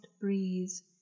breeze